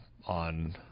on